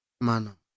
mano